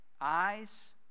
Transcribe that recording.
eyes